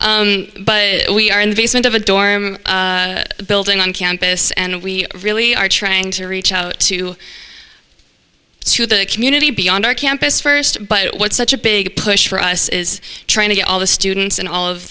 e but we are in the basement of a dorm building on campus and we really are trying to reach out to the community beyond our campus first but what's such a big push for us is trying to get all the students and all of